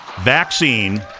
vaccine